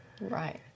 Right